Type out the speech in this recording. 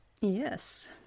Yes